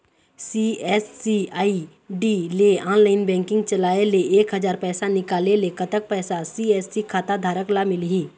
CSC ID ले online banking चलाए ले एक हजार पैसा निकाले ले कतक पैसा सी.एस.सी खाता धारक ला मिलही?